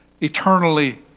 eternally